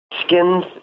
skins